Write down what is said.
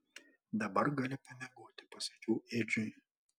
dabar gali pamiegoti pasakiau edžiui